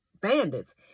bandits